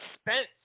spence